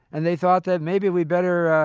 and they thought that, maybe we better ah